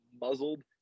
muzzled